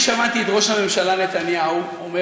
אני שמעתי את ראש הממשלה נתניהו אומר